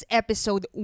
episode